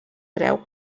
creu